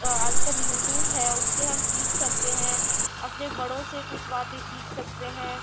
آج کل یوٹیوب ہے اس سے ہم سیکھ سکتے ہیں اپنے بڑوں سے کچھ باتیں سیکھ سکتے ہیں